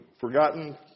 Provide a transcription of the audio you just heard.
forgotten